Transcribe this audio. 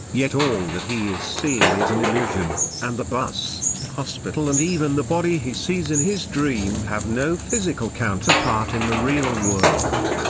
yet all that he is seeing is an illusion, and the bus, hospital and even the body he sees in his dream have no physical counterpart in the real world.